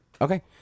Okay